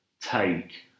take